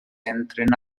entren